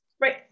right